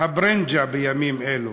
הברנז'ה בימים אלה.